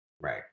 Right